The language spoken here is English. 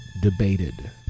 debated